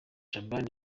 shaban